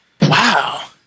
Wow